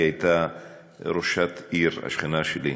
היא הייתה ראשת עיר, השכנה שלי,